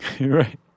right